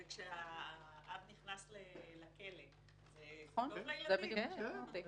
האם כשהאב נכנס לכלא זה טוב לילדים?